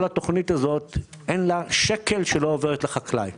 כל התוכנית הזאת אין בה שקל שעובר לחקלאי.